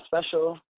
special